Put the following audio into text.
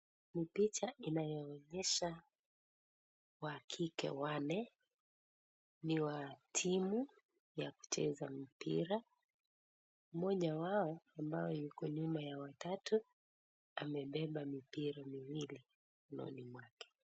Ni picha inayoonyesha wa kike wanne ni wa timu ya kucheza mpira. Mmoja wao, ambao yuko nyuma ya watatu, amebeba mipira miwili mikononi mwake.